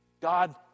God